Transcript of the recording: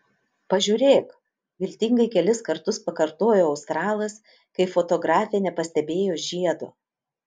pažiūrėk viltingai kelis kartus pakartojo australas kai fotografė nepastebėjo žiedo